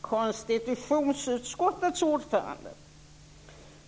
Fru talman! Jag vill ställa en fråga till konstitutionsutskottets ordförande.